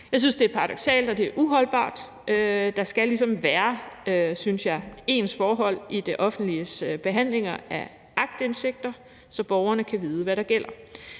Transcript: Jeg synes, det er paradoksalt og uholdbart. Der skal ligesom være, synes jeg, ens forhold i det offentliges behandlinger af aktindsigter, så borgerne kan vide, hvad der gælder.